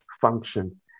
functions